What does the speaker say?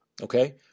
Okay